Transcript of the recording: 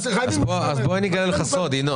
אז בוא אגלה לך סוד, ינון.